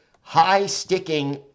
high-sticking